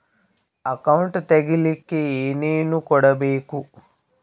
Account ತೆಗಿಲಿಕ್ಕೆ ಏನೇನು ಕೊಡಬೇಕು?